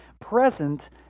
present